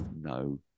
no